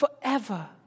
forever